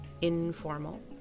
informal